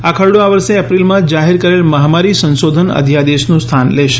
આ ખરડો આ વર્ષે એપ્રિલમાં જાહેર કરેલ મહામારી સંશોધન અધ્યાદેશનું સ્થાન લેશે